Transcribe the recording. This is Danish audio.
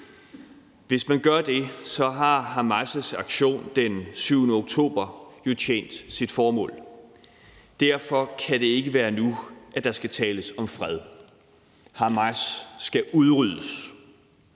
Hvis man gør det, har Hamas' aktion den 7. oktober jo tjent sit formål. Derfor kan det ikke være nu, at der skal tales om fred. Hamas skal udryddes.